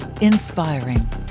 inspiring